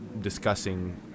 discussing